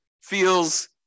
feels